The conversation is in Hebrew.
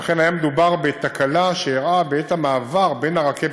ואכן היה מדובר בתקלה שאירעה בעת המעבר בין הרכבת